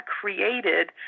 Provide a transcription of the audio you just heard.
created